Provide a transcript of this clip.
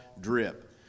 Drip